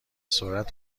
سرعت